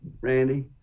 randy